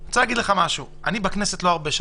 אני בכנסת לא הרבה שנים.